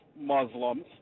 Muslims